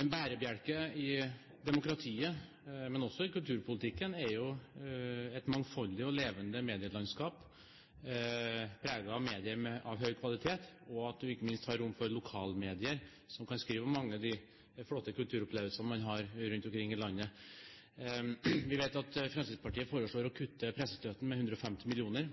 En bærebjelke i demokratiet, men også i kulturpolitikken er et mangfoldig og levende medielandskap preget av medier av høy kvalitet, og at man ikke minst har rom for lokalmedier som kan skrive om mange av de flotte kulturopplevelsene man har rundt omkring i landet. Vi vet at Fremskrittspartiet foreslår å kutte pressestøtten med 150 mill. kr,